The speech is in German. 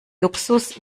luxus